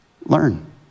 learn